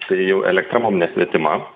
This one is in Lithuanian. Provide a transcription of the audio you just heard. tai jau elektra mum nesvetima